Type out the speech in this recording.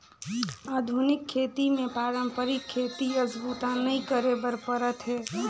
आधुनिक खेती मे पारंपरिक खेती अस बूता नइ करे बर परत हे